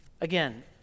Again